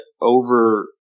over